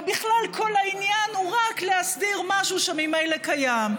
ובכלל כל העניין הוא רק להסדיר משהו שממילא קיים.